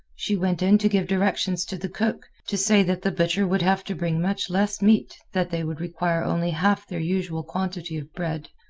she went in to give directions to the cook, to say that the butcher would have to bring much less meat, that they would require only half their usual quantity of bread,